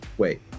Wait